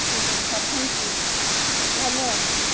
ଠିକ୍ ଅଛି sir thank you ଧନ୍ୟବାଦ ସାର୍